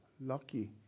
lucky